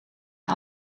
een